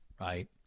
right